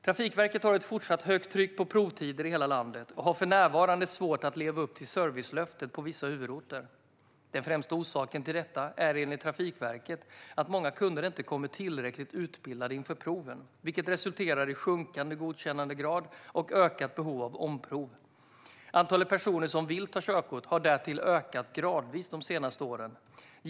Trafikverket har ett fortsatt högt tryck på provtider i hela landet och har för närvarande svårt att leva upp till servicelöftet på vissa huvudorter. Den främsta orsaken till detta är enligt Trafikverket att många kunder inte kommer tillräckligt utbildade inför proven, vilket resulterar i sjunkande godkännandegrad och ökat behov av omprov. Antalet personer som vill ta körkort har därtill ökat gradvis de senaste åren.